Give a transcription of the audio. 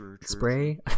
spray